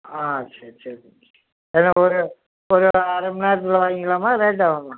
ஆ சரி சரி என்ன ஒரு ஒரு அரை மணி நேரத்தில் வாங்கிக்கலாமா லேட் ஆகுமா